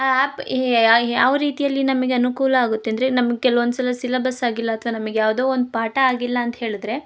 ಆ ಆ್ಯಪ್ ಯಾವ ರೀತಿಯಲ್ಲಿ ನಮಗೆ ಅನುಕೂಲ ಆಗುತ್ತೆ ಅಂದರೆ ನಮ್ಗೆ ಕೆಲ್ವೊಂದುಸಲ ಸಿಲಬಸ್ ಆಗಿಲ್ಲ ಅಥ್ವ ನಮಗ್ ಯಾವುದೋ ಒಂದು ಪಾಠ ಆಗಿಲ್ಲ ಅಂತ ಹೇಳಿದ್ರೆ